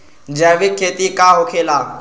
जैविक खेती का होखे ला?